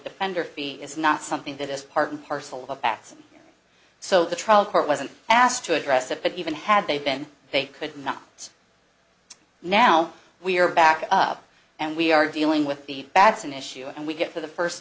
defender fee is not something that is part and parcel of x so the trial court wasn't asked to address it but even had they been they could not say now we are back up and we are dealing with the bats an issue and we get to the first